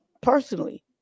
personally